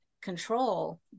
control